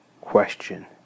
Question